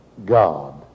God